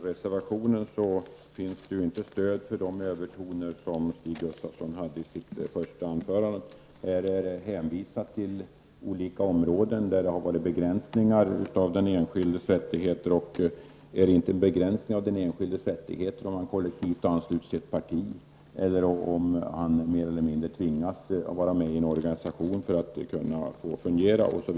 Herr talman! Om man läser reservationen, ser man att det inte finns något stöd för de övertoner som fanns i Stig Gustafssons första anförande. I reservationen hänvisas det till olika områden där det har förekommit begränsningar vad gäller den enskildes rättigheter. Är det inte fråga om en begränsning av den enskildes rättigheter om någon kollektivanslutes till ett parti eller om någon mer eller mindre tvingas vara med i en organisation för att kunna fungera osv?